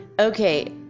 Okay